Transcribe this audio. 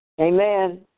Amen